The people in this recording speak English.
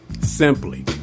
simply